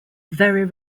very